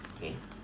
okay